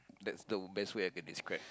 that's the best way I can describe